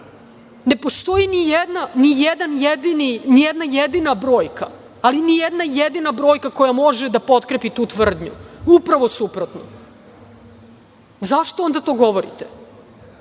Ne postoji ni jedna jedina brojka, ali ni jedna jedina brojka koja može da potkrepi tu tvrdnju, već upravo suprotno. Zašto onda to govorite?